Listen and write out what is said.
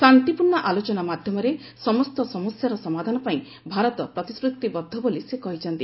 ଶାନ୍ତିପୂର୍ଣ୍ଣ ଆଲୋଚନା ମାଧ୍ୟମରେ ସମସ୍ତ ସମସ୍ୟାର ସମାଧାନ ପାଇଁ ଭାରତ ପ୍ରତିଶ୍ରତି ବଦ୍ଧ ବୋଲି ସେ କହିଛନ୍ତି